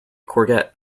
courgette